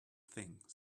thing